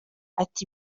ati